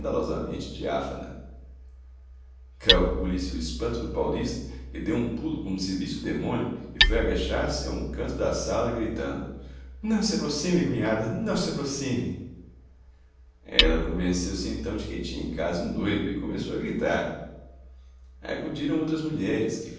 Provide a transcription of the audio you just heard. diáfana calcule-se o espanto do paulista que deu um pulo como se visse o demônio e foi agachar se a um canto da sala gritando não se aproxime cunhada não se aproxime ela convenceu-se então de que tinha em casa um doido e começou a gritar acudiram outras mulheres que